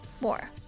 more